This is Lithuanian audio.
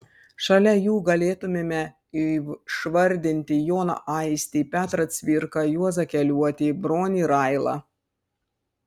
šalia jų galėtumėme išvardinti joną aistį petrą cvirką juozą keliuotį bronį railą